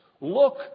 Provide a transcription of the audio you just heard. Look